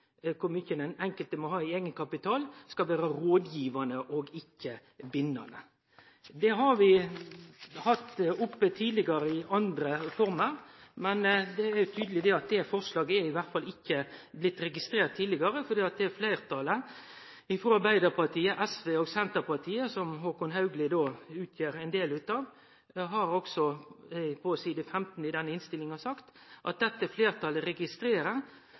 kor mykje den enkelte må ha i eigenkapital – skal vere rådgivande og ikkje bindande. Det har vi hatt oppe tidlegare i andre former, men det er tydeleg at det forslaget ikkje er registrert tidlegare, for fleirtalet frå Arbeidarpartiet, SV og Senterpartiet, som Håkon Haugli utgjer ein del av, har på side 8 i innstillinga sagt: «Dette flertallet registrerer at